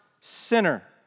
sinner